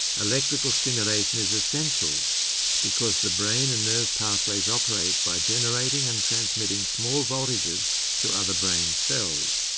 electrical stimulation is essential because the brain and nerve pathways operate by generating and transmitting small voltages to other brain cells.